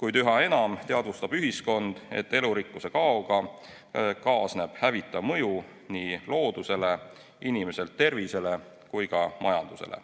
kuid üha enam teadvustab ühiskond, et elurikkuse kaoga kaasneb hävitav mõju nii loodusele, inimese tervisele kui ka majandusele.